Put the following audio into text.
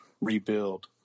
rebuild